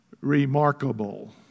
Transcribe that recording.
remarkable